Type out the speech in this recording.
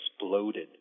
exploded